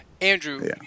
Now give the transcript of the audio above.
Andrew